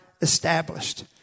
established